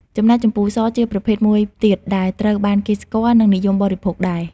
ចំណែកជម្ពូ ស ជាប្រភេទមួយទៀតដែលត្រូវបានគេស្គាល់ និងនិយមបរិភោគដែរ។